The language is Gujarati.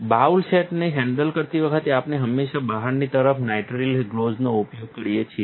બાઉલ સેટને હેન્ડલ કરતી વખતે આપણે હંમેશા બહારની તરફ નાઇટ્રિલ ગ્લોવ્ઝનો ઉપયોગ કરીએ છીએ